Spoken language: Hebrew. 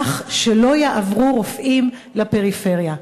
כך שלא יעברו רופאים לפריפריה?